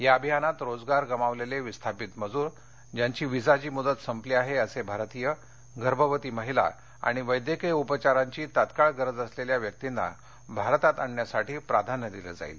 या अभियानात रोजगार गमावलेले विस्थापित मजूर ज्यांची विसाची मुदत संपली आहे असे भारतीय गर्भवती महिला आणि वैद्यकीय उपचारांची तात्काळ गरज असलेल्या व्यक्तींना भारतात आणण्यासाठी प्राधान्य दिलं जाईल